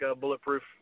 Bulletproof